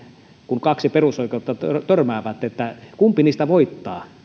kun kaksi perusoikeutta törmää monesti ajatellaan sitä että kumpi niistä voittaa